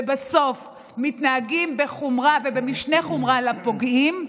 ובסוף מתנהגים בחומרה ובמשנה חומרה לפוגעים,